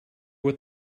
what